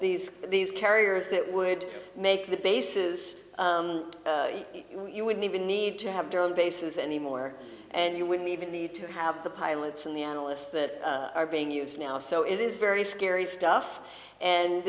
these these carriers that would make the bases you wouldn't even need to have down bases anymore and you wouldn't even need to have the pilots and the analysts that are being used now so it is very scary stuff and